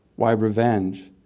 why, revenge.